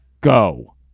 go